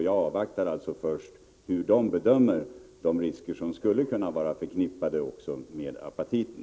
Jag avvaktar alltså först deras bedömning av de risker som skulle kunna vara förknippade också med apatiten.